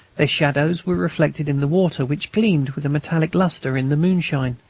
their shadows were reflected in the water, which gleamed with a metallic lustre in the moonshine.